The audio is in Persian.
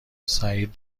سعید